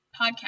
podcast